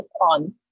on